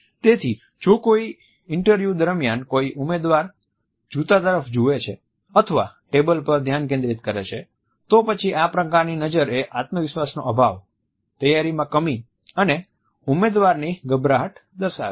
તેથી જો કોઈ ઇન્ટરવ્યૂ દરમિયાન કોઈ ઉમેદવાર જૂતા તરફ જોવે છે અથવા ટેબલ પર ધ્યાન કેન્દ્રિત કરે છે તો પછી આ પ્રકારની નજર એ આત્મવિશ્વાસનો અભાવ તૈયારીમાં કમી અને ઉમેદવારની ગભરાટ દર્શાવે છે